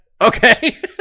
Okay